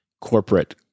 corporate